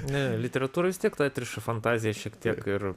ne literatūra vis tiek tą atriša fantaziją šiek tiek ir